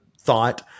thought